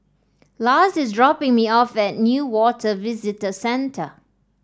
Lars is dropping me off at Newater Visitor Centre